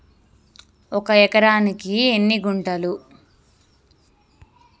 ఒక ఎకరానికి ఎన్ని గుంటలు?